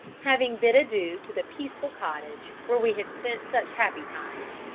having bid adieu to the peaceful cottage, where we had spent such happy times,